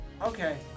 okay